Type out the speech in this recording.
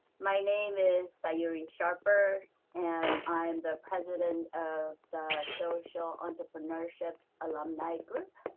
my name is sayuri sharper and i am the president of the social entrepreneurship alumni group.